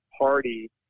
party